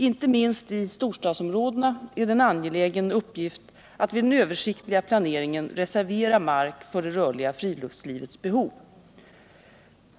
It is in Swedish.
Inte minst i storstadsområdena är det en angelägen uppgift att vid den översiktliga planeringen reservera mark för det rörliga friluftslivets behov.